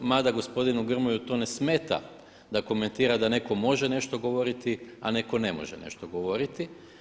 Mada gospodinu Grmoji to ne smeta da komentira da netko može nešto govoriti a netko ne može nešto govoriti.